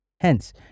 Hence